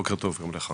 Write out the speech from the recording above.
בוקר טוב גם לך.